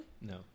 No